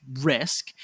risk